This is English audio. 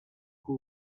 who